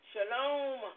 Shalom